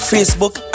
Facebook